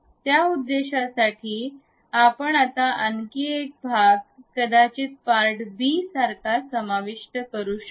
त्या उद्देशासाठी आपण आता आणखी एक भाग कदाचित पार्ट b सारखा समाविष्ट करू शकतो